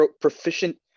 proficient